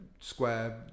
square